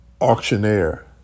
auctioneer